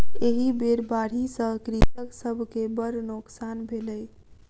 एहि बेर बाढ़ि सॅ कृषक सभ के बड़ नोकसान भेलै